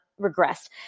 regressed